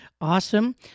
Awesome